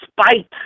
spite